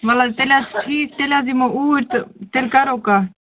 وَلہٕ حظ تیٚلہِ حظ ٹھیٖک تیٚلہِ حظ یِمو اوٗرۍ تہٕ تیٚلہِ کَرو کَتھ